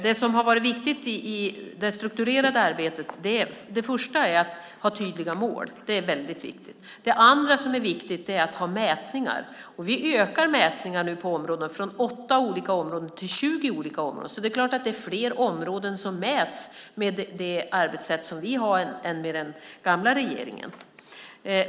Det första som är viktigt i det strukturerade arbetet är att ha tydliga mål. Det är väldigt viktigt. Det andra som är viktigt är att göra mätningar, och vi ökar nu mätningarna från 8 olika områden till 20 områden. Det är fler områden som mäts med det arbetssätt som vi har i förhållande till den gamla regeringen.